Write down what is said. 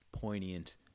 poignant